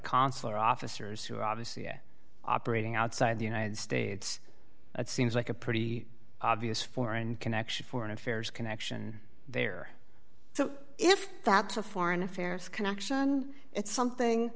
consular officers who are obviously at operating outside the united states it seems like a pretty obvious foreign connection foreign affairs connection there so if that's a foreign affairs connection it's something